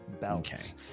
belts